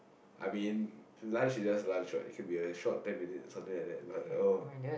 I mean lunch is just lunch what it could be a short ten minutes something like that but oh